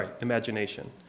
imagination